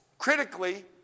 Critically